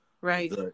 right